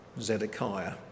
Zedekiah